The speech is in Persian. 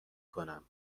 کنم